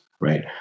right